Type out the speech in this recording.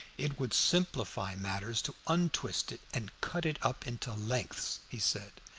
it would simplify matters to untwist it and cut it up into lengths, he said.